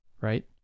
right